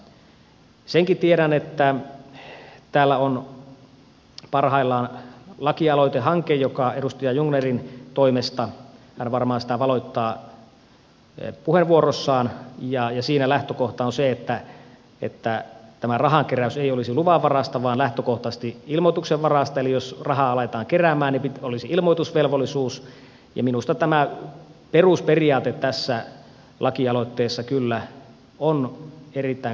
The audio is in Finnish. senkin tiedän että täällä on parhaillaan lakialoitehanke edustaja jungnerin toimesta hän varmaan sitä valottaa puheenvuorossaan ja siinä lähtökohta on se että tämä rahankeräys ei olisi luvanvaraista vaan lähtökohtaisesti ilmoituksenvaraista eli jos rahaa aletaan keräämään niin olisi ilmoitusvelvollisuus ja minusta tämä perusperiaate tässä lakialoitteessa kyllä on erittäin kannatettava